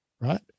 right